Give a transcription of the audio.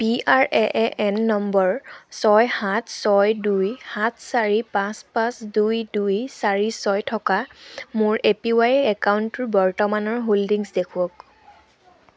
PRAAN নম্বৰ ছয় সাত ছয় দুই সাত চাৰি পাঁচ পাঁচ দুই দুই চাৰি ছয় থকা মোৰ এপিৱাই একাউণ্টটোৰ বৰ্তমানৰ হুল্ডিংছ দেখুৱাওক